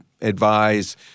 advise